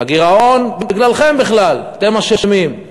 הגירעון בגללכם בכלל, אתם אשמים.